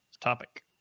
topic